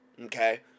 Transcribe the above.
okay